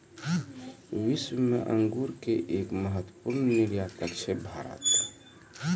विश्व मॅ अंगूर के एक महत्वपूर्ण निर्यातक छै भारत